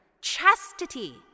chastity